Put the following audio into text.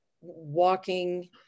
walking